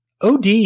OD